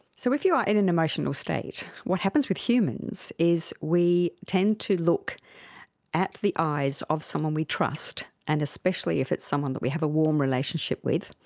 so if you are in an emotional state, what happens with humans is we tend to look at the eyes of someone we trust and especially if it's someone that we have a warm relationship with,